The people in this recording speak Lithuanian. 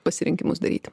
pasirinkimus daryti